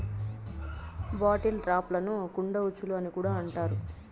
bottle ట్రాప్లను కుండ ఉచ్చులు అని కూడా అంటారు